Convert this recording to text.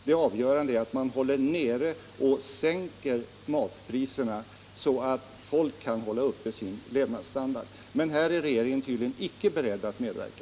Det avgörande är att man håller nere och sänker matpriserna, så att folk kan upprätthålla sin levnadsstandard. Men till detta är regeringen tydligen icke beredd att medverka.